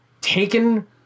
taken